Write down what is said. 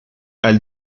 elle